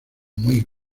muy